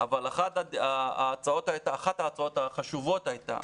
אבל אחת ההצעות החשובות הייתה,